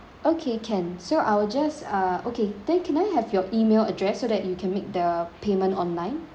okay can so I will just uh okay then can I have your E mail address so that you can make the payment online